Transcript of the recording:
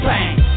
Bang